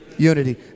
unity